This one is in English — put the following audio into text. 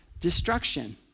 destruction